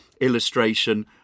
illustration